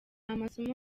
amasomo